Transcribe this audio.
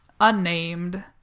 unnamed